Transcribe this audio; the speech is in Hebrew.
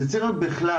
זה צריך להיות בכלל.